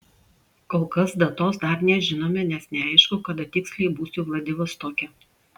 kol kas datos dar nežinome nes neaišku kada tiksliai būsiu vladivostoke